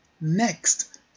next